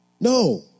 No